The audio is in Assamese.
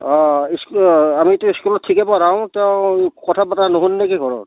অঁ স্কু আমিতো স্কুলত ঠিকেই পঢ়াওঁ তেওঁ কথা বতৰা নুশুনে নেকি ঘৰত